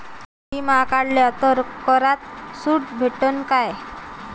बिमा काढला तर करात सूट भेटन काय?